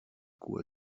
coup